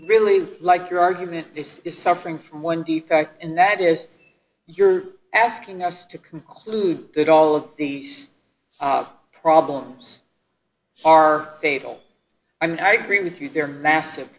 really like your argument is suffering from one defect and that is you're asking us to conclude that all of these problems are fatal i mean i agree with you there are massive